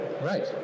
Right